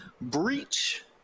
breach